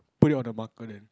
put it on the marker then